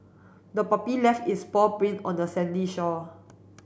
the puppy left its paw print on the sandy shore